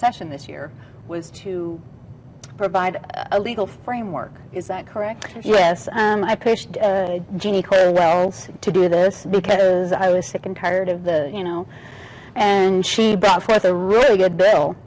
session this year was to provide a legal framework is that correct and yes i pushed to do this because i was sick and tired of the you know and she brought forth a really good